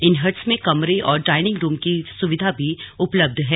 इन huts में कमरे और डायनिंग रूम की सुविधा भी उपलब्ध है